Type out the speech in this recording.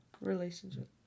relationship